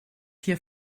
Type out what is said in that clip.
hier